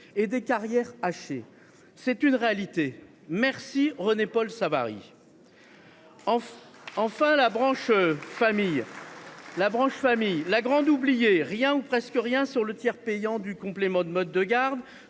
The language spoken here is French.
et des carrières hachées. C’est une réalité. Merci René Paul Savary ! Enfin, la branche famille est la grande oubliée ! Rien ou presque rien sur le tiers payant du complément de mode de garde,